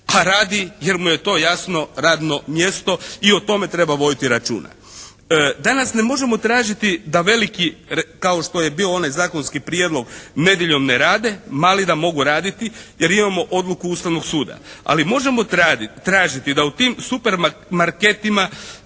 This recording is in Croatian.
a radi jer mu je to jasno radno mjesto i o tome treba voditi računa. Danas ne možemo tražiti da veliki kao što je bio onaj zakonski prijedlog nedjeljom ne rade, mali da mogu raditi jer imamo odluku Ustavnog suda. Ali možemo tražiti da u tim supermarketima